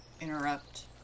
interrupt